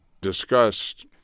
discussed